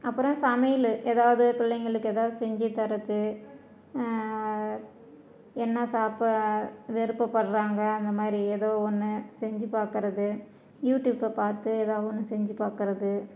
அப்புறம் சமையல் ஏதாவது பிள்ளைங்களுக்கு ஏதாவது செஞ்சு தர்றது என்ன சாப்பாட விருப்பப்படுறாங்க அந்தமாதிரி ஏதோ ஒன்று செஞ்சு பார்க்கறது யூடியூபை பார்த்து ஏதோ ஒன்று செஞ்சு பார்க்கறது